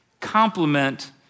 complement